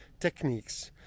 techniques